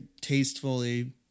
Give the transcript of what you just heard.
tastefully